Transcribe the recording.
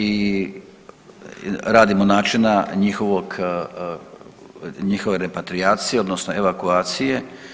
I radimo načina njihove repatrijacije, odnosno evakuacije.